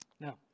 Now